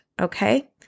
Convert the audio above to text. okay